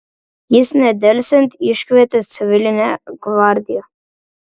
jis nedelsiant iškvietė civilinę gvardiją